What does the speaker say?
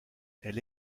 elle